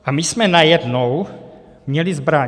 A my jsme najednou měli zbraň.